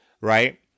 right